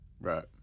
Right